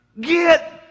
Get